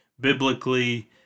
biblically